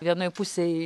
vienoj pusėj